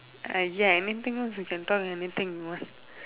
err ya anything you can talk anything you want